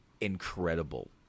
incredible